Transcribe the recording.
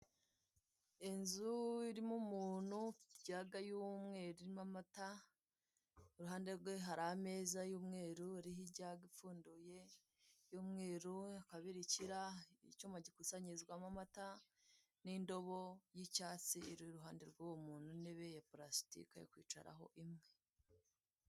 Inzu irimo umuntu ufite ijaga y'umweru irimo amata, iruhande rwe hari ameza y'umweru ariho ijaga ipfunduye y'umweru, akabirikira, icyuma gikusanyirizwamo amata n'indobo y'icyatsi iruhande rw'uwo muntu n'intebe ya palasitiki yo kwicaraho imwe.